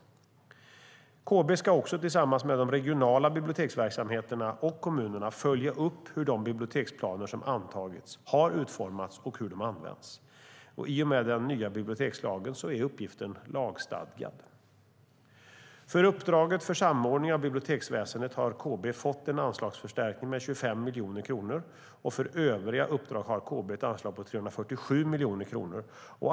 KB ska också tillsammans med de regionala biblioteksverksamheterna och kommunerna följa upp hur de biblioteksplaner som antagits har utformats och hur de används. I och med den nya bibliotekslagen är uppgiften lagstadgad. För uppdraget för samordning av biblioteksväsendet har KB fått en anslagsförstärkning med 25 miljoner kronor. För övriga uppdrag har KB ett anslag på 347 miljoner kronor.